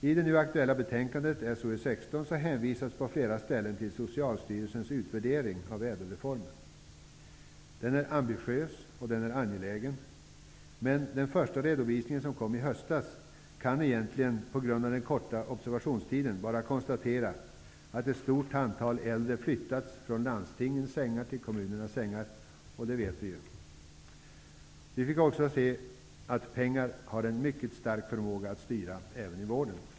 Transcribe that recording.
I det nu aktuella betänkandet SoU16 hänvisas på flera ställen till Socialstyrelsens utvärdering av ÄDEL-reformen. Den är ambitiös och angelägen. Men i den första redovisningen som kom i höstas kunde det egentligen, på grund av den korta observationstiden, bara konstateras att ett stort antal äldre har flyttats från landstingens sängar till kommunernas sängar, och det vet vi ju. Vi fick också se att pengar har en mycket stark förmåga att styra även i vården.